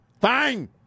Fine